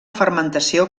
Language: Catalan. fermentació